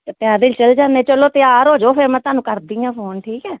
ਅਤੇ ਪੈਦਲ ਚਲੇ ਜਾਂਦੇ ਚਲੋ ਤਿਆਰ ਹੋ ਜਾਓ ਫਿਰ ਮੈਂ ਤੁਹਾਨੂੰ ਕਰਦੀ ਹਾਂ ਫ਼ੋਨ ਠੀਕ ਹੈ